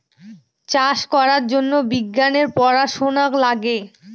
চাষ করার জন্য বিজ্ঞানের পড়াশোনা লাগে